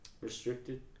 restricted